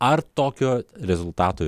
ar tokio rezultato